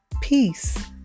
peace